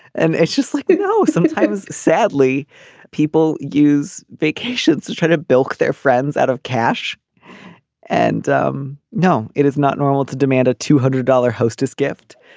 and it's just like you know sometimes sadly people use vacations to try to bilk their friends out of cash and um no it is not normal to demand a two hundred dollar hostess gift.